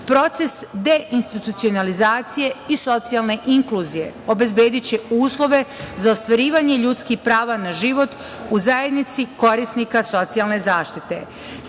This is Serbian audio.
deinstitucionalizacije i socijalne inkluzije obezbediće uslove za ostvarivanje ljudskih prava na život u zajednici korisnika socijalne